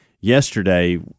yesterday